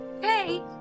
hey